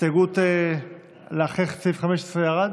ההסתייגות אחרי סעיף 15 ירדה?